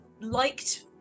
liked